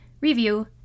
review